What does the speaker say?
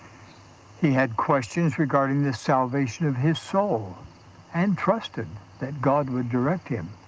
he had questions regarding the salvation of his soul and trusted that god would direct him.